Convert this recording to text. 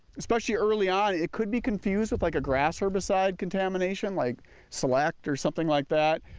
especially early on it could be confused with like a grass herbicide contamination like select or something like that.